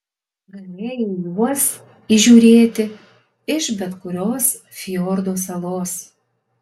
galėjai juos įžiūrėti iš bet kurios fjordo salos